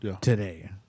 today